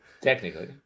technically